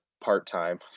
part-time